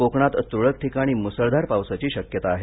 कोकणात तुरळक ठिकाणी मुसळधार पावसाची शक्यता आहे